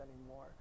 anymore